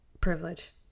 privilege